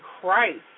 Christ